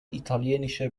italienische